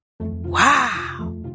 Wow